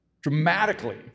dramatically